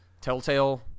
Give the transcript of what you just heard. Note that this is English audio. Telltale